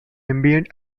ambient